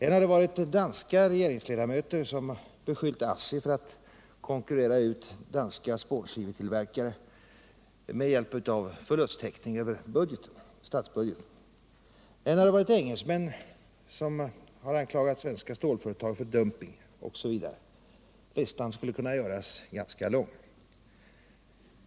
Än har det varit danska regeringsledamöter som beskyllt ASSI för att konkurrera ut danska spånskivetillverkare med hjälp av förlusttäckning över statsbudgeten. Än har det varit engelsmän som anklagat svenska stålföretag för dumping, osv. Listan skulle kunna göras ganska lång.